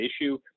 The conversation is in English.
issue